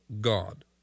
God